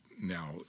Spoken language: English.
now